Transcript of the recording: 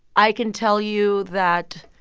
i can tell you that